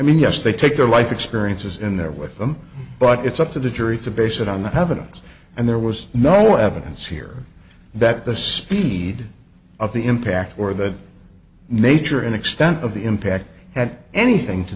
mean yes they take their life experiences in there with them but it's up to the jury to base it on the heavens and there was no evidence here that the speed of the impact or the nature and extent of the impact that anything to